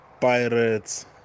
Pirates